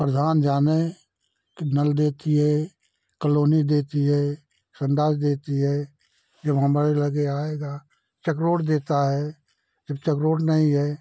प्रधान जाने की नल देती है कलोनी देती है संडास देती है जो हमारे लगे आएगा च रोड देता है जब तक रोड नहीं है